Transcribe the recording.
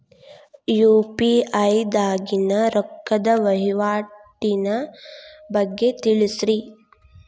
UPI ದಾಗಿನ ರೊಕ್ಕದ ವಹಿವಾಟಿನ ಬಗ್ಗೆ ತಿಳಸ್ರಿ